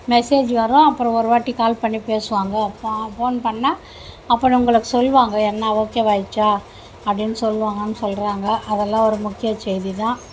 message வரும் அப்புறம் ஒருவாட்டி கால் பண்ணி பேசுவாங்க பா போன் பண்ணிணா அப்புறம் உங்களுக்கு சொல்வாங்க என்ன ஓகேவாகிடிச்சா அப்படின்னு சொல்வாங்கனு சொல்கிறாங்க அதெலாம் ஒரு முக்கிய செய்தி தான்